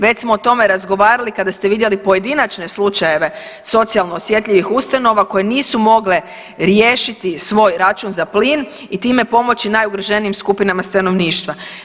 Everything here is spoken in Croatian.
Već smo o tome razgovarali kada ste vidjeli pojedinačne slučajeve socijalno osjetljivih ustanova koje nisu mogle riješiti svoj račun za plin i time pomoći najugroženijim skupinama stanovništva.